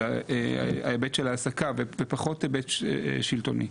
של ההיבט של ההעסקה ופחות היבט שלטוני.